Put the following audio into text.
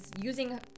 using